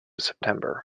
september